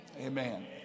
Amen